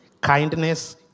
kindness